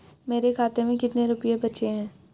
मेरे खाते में कितने रुपये बचे हैं?